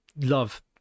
love